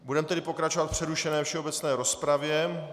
Budeme tedy pokračovat v přerušené všeobecné rozpravě.